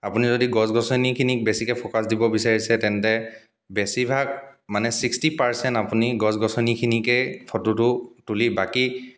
আপুনি যদি গছ গছনিখিনিক বেছিকৈ ফ'কাছ দিব বিছাৰিছে তেন্তে বেছিভাগ মানে ছিক্সটি পাৰ্চেণ্ট আপুনি গছ গছনিখিনিকেই ফটোটো তুলি বাকী